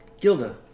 Gilda